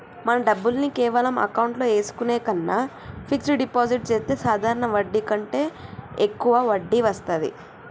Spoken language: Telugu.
మన డబ్బుల్ని కేవలం అకౌంట్లో ఏసుకునే కన్నా ఫిక్సడ్ డిపాజిట్ చెత్తే సాధారణ వడ్డీ కంటే యెక్కువ వడ్డీ వత్తాది